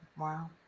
Wow